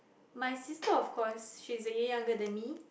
my sister of course she's a year younger than me